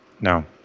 No